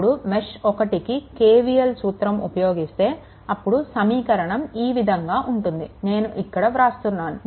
ఇప్పుడు మెష్1కి KVL సూత్రం ఉపయోగిస్తే ఆప్పుడు సమీకరణం ఈ విధంగా ఉంటుంది నేను ఇక్కడ వ్రాస్తున్నాను